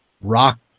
rock